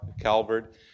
Calvert